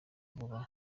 vuba